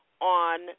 on